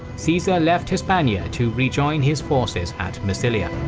caesar left hispania to re-join his forces at massilia.